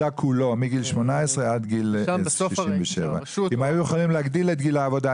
מגיל 18 עד 67. אם היינו יכולים להגדיל את גיל העבודה,